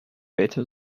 better